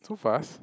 so fast